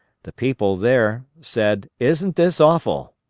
the people there, said isn't this awful!